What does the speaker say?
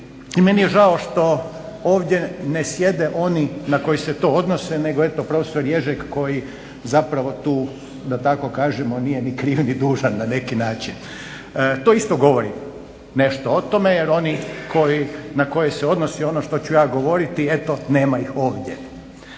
i meni je žao što ovdje ne sjede oni na koje se to odnose nego eto profesor Ježek koji zapravo tu da tako kažemo nije ni kriv ni dužan na neki način. To isto govori nešto o tome jer ovi na koje se odnosi ono što ću ja govoriti, eto nema ih ovdje,